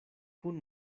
kun